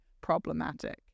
problematic